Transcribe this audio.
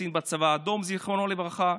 זיכרונו לברכה,